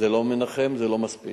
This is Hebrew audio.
זה לא מנחם, זה לא מספיק.